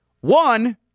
One